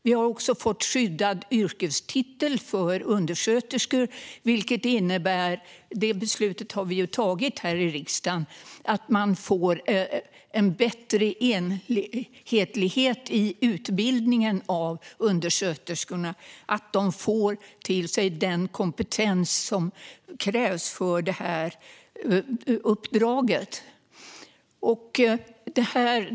Vi har också fått en skyddad yrkestitel för undersköterskor - det beslutet har vi ju tagit här i riksdagen - vilket innebär att man får en bättre enhetlighet i utbildningen av undersköterskorna. De får den kompetens som krävs för uppdraget.